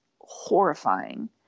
horrifying